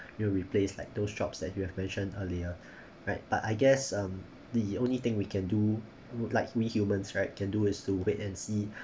you know replace like those jobs that you have mentioned earlier right but I guess um the only thing we can do like we humans right can do is to wait and see